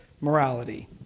morality